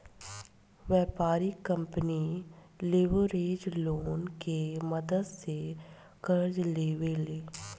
व्यापारिक company leverage loan के मदद से कर्जा लेवे ले